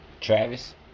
Travis